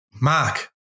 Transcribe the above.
Mark